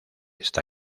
está